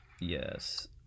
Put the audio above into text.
yes